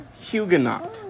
Huguenot